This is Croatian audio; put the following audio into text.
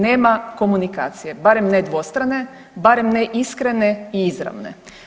Nema komunikacije, barem ne dvostrane, barem ne iskrene i izravne.